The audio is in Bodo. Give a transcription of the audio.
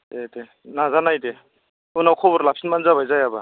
दे दे नाजानाय दे उनाव खबर लाफिनबानो जाबाय जायाबा